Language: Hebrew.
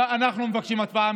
אנחנו מבקשים הצבעה שמית,